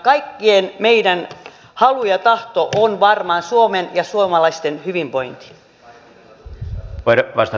kaikkien meidän halu ja tahto on varmaan suomen ja suomalaisten hyvinvointi